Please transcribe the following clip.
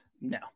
No